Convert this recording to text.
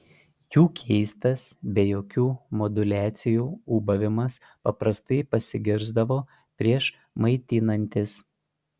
jų keistas be jokių moduliacijų ūbavimas paprastai pasigirsdavo prieš maitinantis